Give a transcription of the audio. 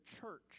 church